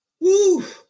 Woo